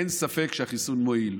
אין ספק שהחיסון מועיל.